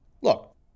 Look